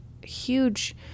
huge